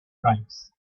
tribes